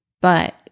but-